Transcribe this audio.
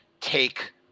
take